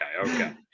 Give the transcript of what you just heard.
Okay